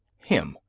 him!